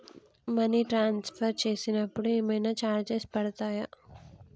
Money transfer చేసినప్పుడు ఏమైనా charges పడతయా?